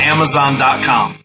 Amazon.com